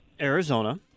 Arizona